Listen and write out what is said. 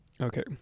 okay